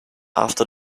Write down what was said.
after